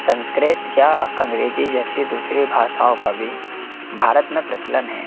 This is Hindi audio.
संस्कृत या अंग्रेजी जैसी दूसरी भाषाओं का भी भारत में प्रचलन है